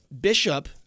bishop